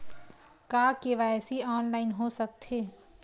का KYC online हो सकथे?